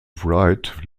wright